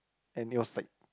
and it was like